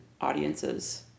audiences